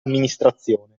amministrazione